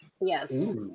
Yes